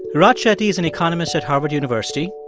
raj chetty is an economist at harvard university.